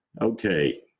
Okay